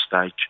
stage